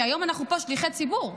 כי היום אנחנו פה שליחי ציבור,